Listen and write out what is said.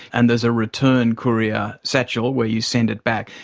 and there's a return courier satchel where you send it back.